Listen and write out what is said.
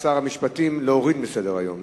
המשפטים להוריד מסדר-היום.